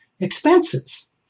expenses